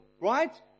right